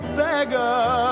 beggar